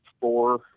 four